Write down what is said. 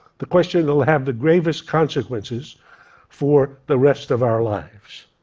the question that will have the gravest consequences for the rest of our lives